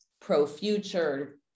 pro-future